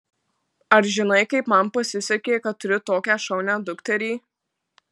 ar žinai kaip man pasisekė kad turiu tokią šaunią dukterį